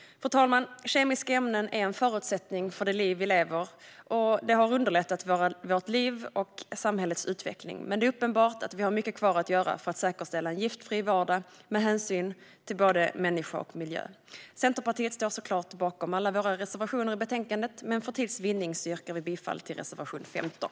Fru talman! Kemiska ämnen är en förutsättning för det liv vi lever, och de har underlättat våra liv och samhällets utveckling. Men det är uppenbart att vi har mycket kvar att göra för att säkerställa en giftfri vardag med hänsyn till både människa och miljö. Centerpartiet står så klart bakom alla våra reservationer i betänkandet, men för tids vinnande yrkar jag bifall bara till reservation 15.